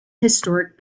historic